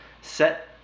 set